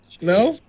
No